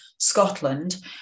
scotland